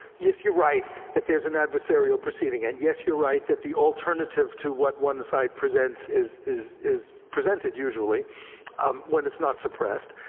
yes, you're right, that there's an adversarial proceeding, and yes you're right that the alternative to what one side presents is is presented usually um when it's not suppressed,